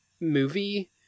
movie